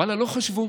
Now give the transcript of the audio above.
ואללה, לא חשבו.